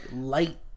light